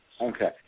Okay